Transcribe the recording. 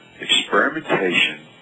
experimentation